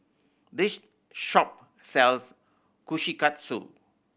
this shop sells Kushikatsu